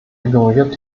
ignoriert